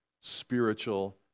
spiritual